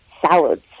salads